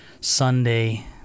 Sunday